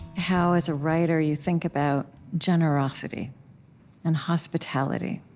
how, as a writer, you think about generosity and hospitality,